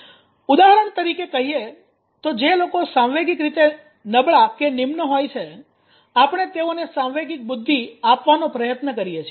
ઉદાહરણ તરીકે કહીએ તો જે લોકો સાંવેગિક રીતે નબળાનિમ્ન હોય છે આપણે તેઓને સાંવેગિક બુદ્ધિ આપવાનો પ્રયત્ન કરીએ છીએ